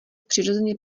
přirozeně